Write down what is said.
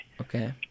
Okay